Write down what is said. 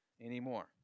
anymore